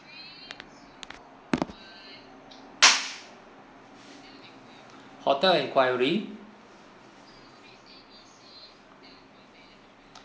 hotel enquiry